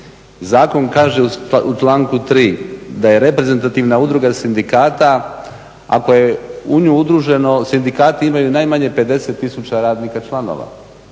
Zakon kaže u članku 3. da je reprezentativna udruga sindikata ako je u nju udruženo sindikati imaju najmanje 50 tisuća radnika članova.